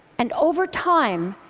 and over time,